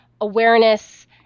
awareness